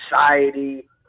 society